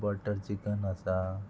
butter chicken आसा